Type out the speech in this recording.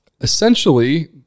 Essentially